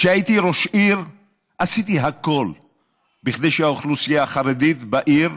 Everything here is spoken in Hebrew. כשהייתי ראש עיר עשיתי הכול כדי שהאוכלוסייה החרדית בעיר,